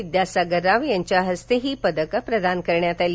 विद्यासागर राव यांच्या हस्ते ही पदके प्रदान करण्यात आली